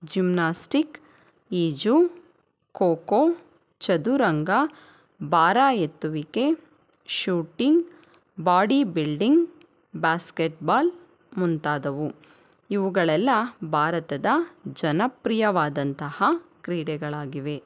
gymnastic ಈಜು ಖೋಖೋ ಚದುರಂಗ ಭಾರ ಎತ್ತುವಿಕೆ ಶೂಟಿಂಗ್ ಬಾಡಿ ಬಿಲ್ಡಿಂಗ್ ಬಾಸ್ಕೆಟ್ಬಾಲ್ ಮುಂತಾದವು ಇವುಗಳೆಲ್ಲ ಭಾರತದ ಜನಪ್ರಿಯವಾದಂತಹ ಕ್ರೀಡೆಗಳಾಗಿವೆ